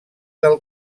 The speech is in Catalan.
del